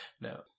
No